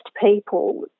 people